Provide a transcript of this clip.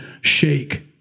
shake